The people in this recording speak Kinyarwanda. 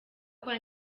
kwa